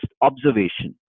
observation